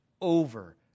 over